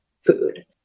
food